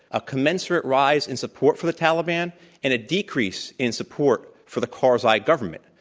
a commensurate rise in support for the taliban and a decrease in support for the karzai government.